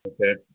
Okay